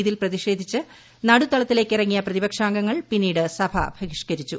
ഇതിൽ പ്രതിഷേധിച്ച് നടുത്തളത്തിലേക്കിറങ്ങിയ പ്രതിപക്ഷാംഗങ്ങൾ പിന്നീട് സഭ ബഹിഷ്ക്കരിച്ചു